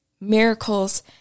Miracles